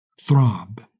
Throb